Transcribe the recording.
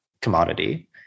commodity